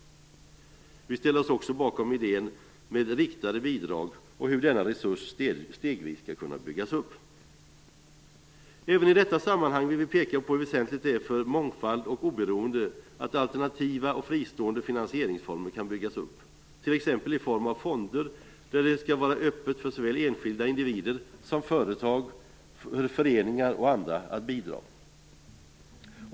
Vi ställer oss också bakom idén om riktade bidrag och om hur denna resurs stegvis skall kunna byggas upp. Även i detta sammanhang vill vi peka på hur väsentligt det är för mångfald och oberoende att alternativa och fristående finansieringsformer kan byggas upp, t.ex. i form av fonder där det skall vara öppet såväl för enskilda individer som för företag, föreningar och andra att bidra.